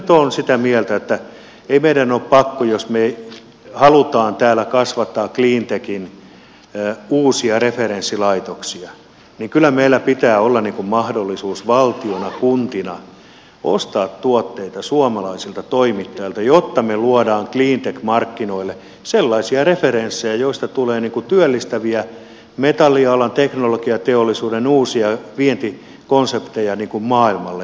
kyllä minä nyt olen sitä mieltä että jos me haluamme täällä kasvattaa cleantechin uusia referenssilaitoksia niin kyllä meillä pitää olla mahdollisuus valtiona kuntina ostaa tuotteita suomalaiselta toimittajalta jotta me luomme cleantech markkinoille sellaisia referenssejä joista tulee työllistäviä metallialan teknologiateollisuuden uusia vientikonsepteja maailmalle